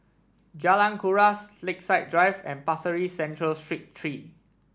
Jalan Kuras Lakeside Drive and Pasir Ris Central Street Three